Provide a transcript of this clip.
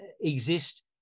exist